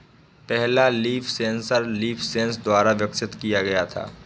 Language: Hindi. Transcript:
पहला लीफ सेंसर लीफसेंस द्वारा विकसित किया गया था